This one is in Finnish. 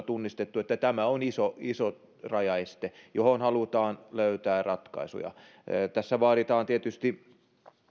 tunnistettu että tämä on iso iso rajaeste johon halutaan löytää ratkaisuja tässä vaaditaan tietysti